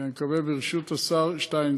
ואני מקווה ברשות השר שטייניץ,